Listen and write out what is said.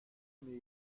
mir